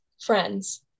Friends